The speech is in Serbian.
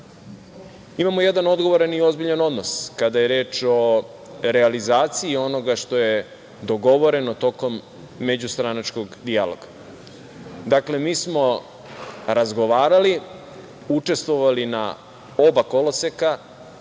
imamo jedan odgovoran i ozbiljan odnos kada je reč o realizaciji onoga što je dogovoreno tokom međustranačkog dijaloga. Mi smo razgovarali, učestvovali na oba koloseka